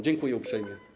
Dziękuję uprzejmie.